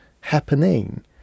happening